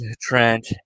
Trent